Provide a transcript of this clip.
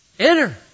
Enter